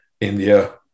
India